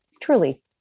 Truly